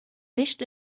nicht